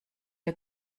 der